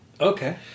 Okay